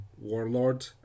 Warlord